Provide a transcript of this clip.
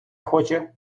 хоче